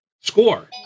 score